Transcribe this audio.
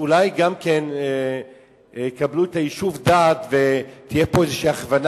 אולי גם יקבלו יישוב דעת ותהיה פה איזו הכוונה